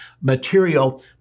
material